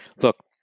look